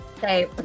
say